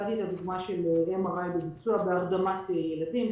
בהרדמת ילדים,